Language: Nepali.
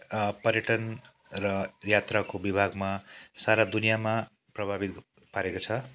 पर्यटन र यात्राको विभागमा सारा दुनियाँमा प्रभावित पारेको छ